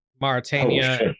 mauritania